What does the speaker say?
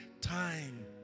time